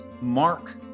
Mark